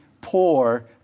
poor